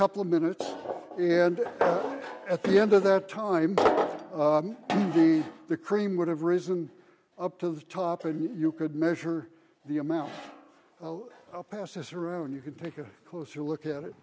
couple of minutes and at the end of that time the the cream would have risen up to the top and you could measure the amount passes around you could take a closer look at it